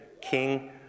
king